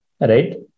right